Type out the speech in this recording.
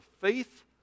faith